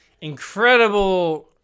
Incredible